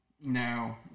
No